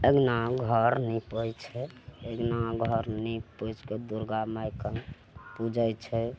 अङ्गना घर नीपय छै अङ्गना घर नीप पोछि कए दुर्गा मायके पूजय छै